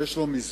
ויש לו מסגרת,